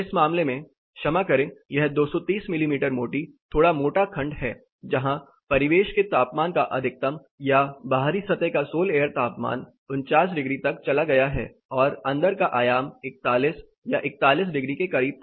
इस मामले में क्षमा करें यह 230 मिमी मोटी थोड़ा मोटा खंड है जहां परिवेश के तापमान का अधिकतम या बाहरी सतह का सोल एयर तापमान 49 डिग्री तक चला गया और अंदर का आयाम 41 या 41 डिग्री के करीब था